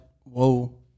Whoa